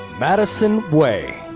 maddison way.